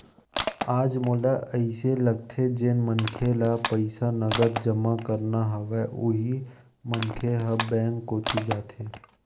आज मोला अइसे लगथे जेन मनखे ल पईसा नगद जमा करना हवय उही मनखे ह बेंक कोती जाथे